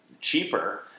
cheaper